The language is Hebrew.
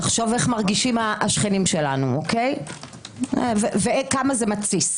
תחשוב איך מרגישים השכנים שלנו וכמה זה מתסיס.